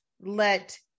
let